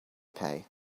pay